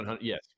yes